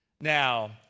Now